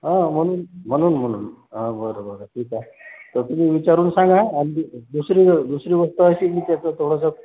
हो म्हणून म्हणून म्हणून हा बरं बरं ठीक आहे तरी तुम्ही विचारून सांगा आणि दुस दुसरी दुसरी गोष्ट अशी की त्याचं थोडंसं